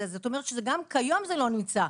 זאת אומרת שגם כיום זה לא נמצא,